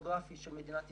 הגאוגרפי של מדינת ישראל,